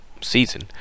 season